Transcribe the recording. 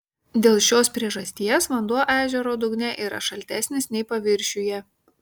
dėl šios priežasties vanduo ežero dugne yra šaltesnis nei paviršiuje